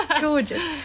Gorgeous